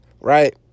right